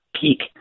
peak